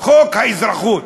חוק האזרחות.